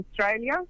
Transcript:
australia